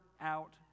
out